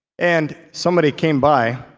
and somebody came by,